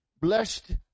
Blessed